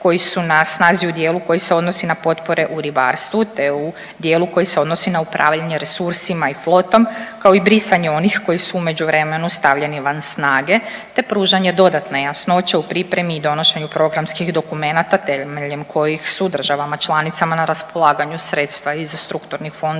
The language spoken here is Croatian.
koji su na snazi u dijelu koji se odnosi na potpore u ribarstvu te u dijelu koji se odnosi na upravljanje resursima i flotom kao i brisanje onih koji su u međuvremenu stavljeni van snage te pružanje dodatne jasnoće u pripremi i donošenju programskih dokumenata temeljem kojih su državama članicama na raspolaganju sredstva iz strukturnih fondova